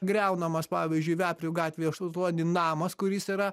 griaunamas pavyzdžiui veprių gatvėj aštuoni namas kuris yra